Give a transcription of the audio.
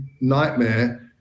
nightmare